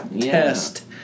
test